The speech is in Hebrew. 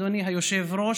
אדוני היושב-ראש,